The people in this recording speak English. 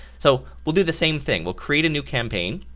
so we'll do the same thing. we'll create a new campaign.